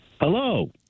Hello